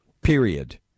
Period